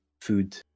food